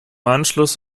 anschluss